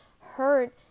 hurt